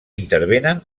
intervenen